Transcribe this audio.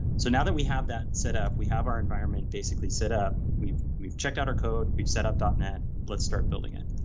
so now that we have that setup, we have our environment basically set up. we've we've checked out our code, we've setup net, let's start building it,